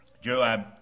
Joab